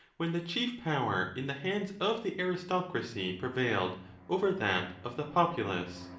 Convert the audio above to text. when the chief power in the hands of the aristocracy prevailed over that of the populace.